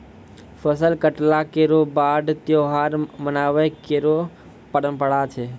फसल कटला केरो बाद त्योहार मनाबय केरो परंपरा छै